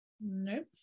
nope